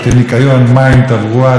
תשתיות ותאורת רחוב.